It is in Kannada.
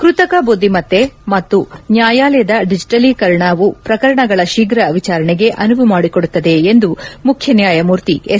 ಕೃತಕ ಬುದ್ಧಿಮತ್ತೆ ಮತ್ತು ನ್ಯಾಯಾಲಯದ ಡಿಜಿಟಲೀಕರಣವು ಪ್ರಕರಣಗಳ ಶೀಘ್ರ ವಿಚಾರಣೆಗೆ ಅನುವುಮಾಡಿಕೊಡುತ್ತವೆ ಎಂದು ಮುಖ್ಯ ನ್ಯಾಯಮೂರ್ತಿ ಎಸ್